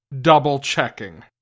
double-checking